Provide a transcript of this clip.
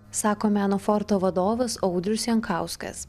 sako meno forto vadovas audrius jankauskas